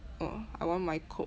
oh I want my coke